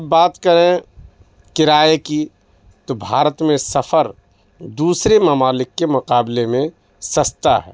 اب بات کریں کرائے کی تو بھارت میں سفر دوسرے ممالک کے مقابلے میں سستا ہے